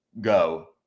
go